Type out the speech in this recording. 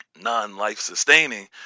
non-life-sustaining